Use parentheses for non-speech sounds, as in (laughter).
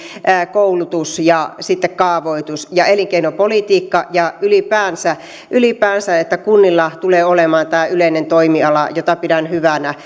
koulutus ja sitten kaavoitus ja elinkeinopolitiikka ja ylipäänsä se että kunnilla tulee olemaan tämä yleinen toimiala mitä pidän hyvänä (unintelligible)